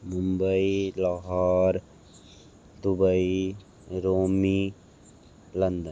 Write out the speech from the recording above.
Mumbai Lahore Dubai Rome London